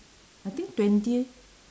I think twenty